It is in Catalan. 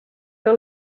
que